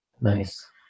Nice